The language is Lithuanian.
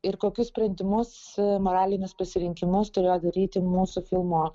ir kokius sprendimus moralinius pasirinkimus turėjo daryti mūsų filmo